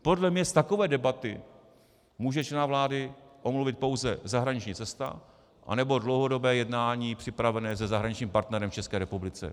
Podle mě z takové debaty může člena vlády omluvit pouze zahraniční cesta anebo dlouhodobě připravené jednání se zahraničním partnerem v České republice.